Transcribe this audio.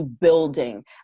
building